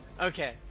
Okay